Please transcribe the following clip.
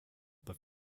but